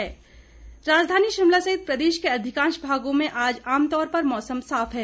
मौसम राजधानी शिमला सहित प्रदेश के अधिकांश भागों में आज आमतौर मौसम साफ है